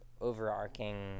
overarching